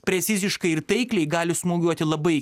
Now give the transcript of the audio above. preciziškai ir taikliai gali smūgiuoti labai